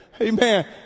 Amen